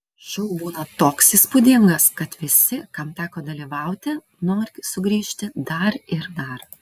šou būna toks įspūdingas kad visi kam teko dalyvauti nori sugrįžti dar ir dar